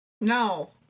No